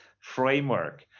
framework